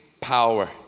power